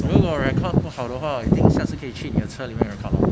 如果 record 不好的话 you think 下时可以你的车里面 record mah